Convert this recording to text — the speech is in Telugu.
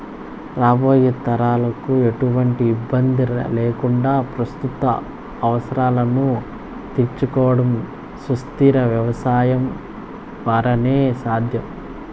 రాబోయే తరాలకు ఎటువంటి ఇబ్బంది లేకుండా ప్రస్తుత అవసరాలను తీర్చుకోవడం సుస్థిర వ్యవసాయం ద్వారానే సాధ్యం